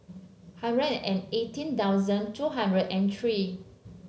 hundred and eighteen thousand two hundred and three